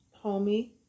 homie